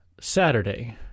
Saturday